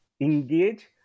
engage